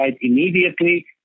immediately